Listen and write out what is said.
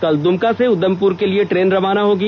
कल द्रमका से उधमपूर के लिए ट्रेन रवाना होगी